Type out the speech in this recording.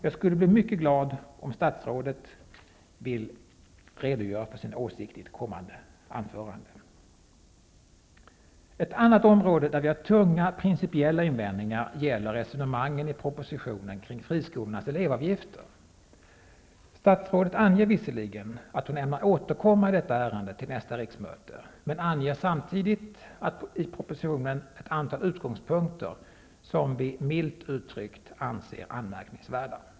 Jag skulle bli mycket glad om statsrådet i ett kommande anförande ville redogöra för sin åsikt. Ett annat område där vi har tunga principiella invändningar gäller resonemangen i propositionen kring friskolornas elevavgifter. Statsrådet anger visserligen att hon ämnar återkomma i detta ärende till nästa riksmöte men anger samtidigt i propositionen ett antal utgångspunkter som vi -- milt uttryckt -- anser anmärkningsvärda.